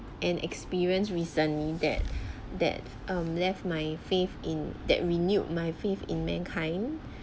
and experience recently that that um left my faith in that renewed my faith in mankind